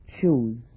choose